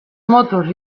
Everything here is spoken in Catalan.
motos